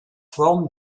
forme